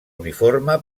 uniforme